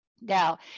Now